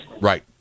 Right